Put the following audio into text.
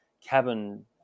cabin